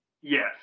yes